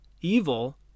evil